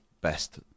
best